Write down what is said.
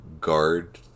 guard